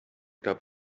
gab